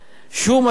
שיעור מס החברות,